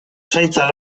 zaintza